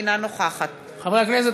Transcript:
אינה נוכחת חברי הכנסת,